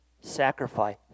sacrifice